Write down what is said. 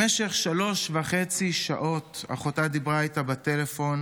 במשך שלוש וחצי שעות אחותה דיברה אתה בטלפון,